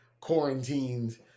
quarantined